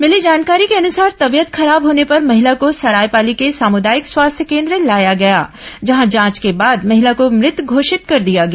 मिली जानकारी के अनुसार तबीयत खराब होने पर महिला को सरायपाली के सामुदायिक स्वास्थ्य केन्द्र लाया गया जहां जांच के बाद महिला को मृत घोषित कर दिया गया